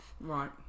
Right